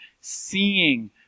seeing